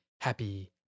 happy